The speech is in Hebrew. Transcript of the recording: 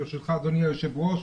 אדוני היושב-ראש,